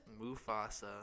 Mufasa